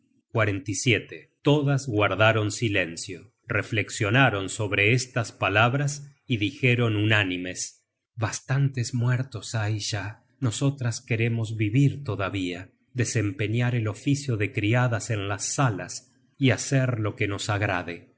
manto y brillantes vestidos todas guardaron silencio reflexionaron sobre estas palabras y dijeron unánimes bastantes muertos hay ya nosotras queremos vivir todavía desempeñar el oficio de criadas en las salas y hacer lo que nos agrade